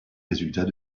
résultats